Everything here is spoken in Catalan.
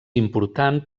important